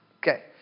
Okay